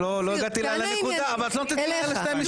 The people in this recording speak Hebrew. אבל את לא נותנת לי לסיים את המשפט.